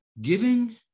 giving